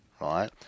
right